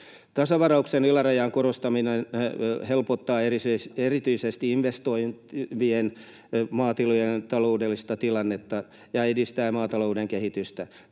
Tasausvarauksen ylärajan korottaminen helpottaa siis erityisesti investoivien maatilojen taloudellista tilannetta ja edistää maatalouden kehitystä.